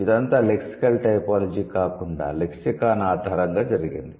ఇదంతా lexical typology కాకుండా lexicon ఆధారంగా జరిగింది